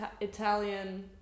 Italian